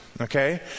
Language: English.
okay